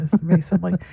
recently